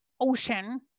ocean